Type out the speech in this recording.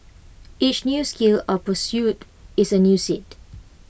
each new skill or pursuit is A new seed